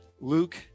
Luke